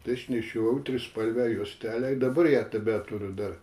tai aš nešiojau trispalvę juostelę ir dabar ją tebeturiu dar